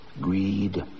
Greed